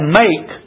make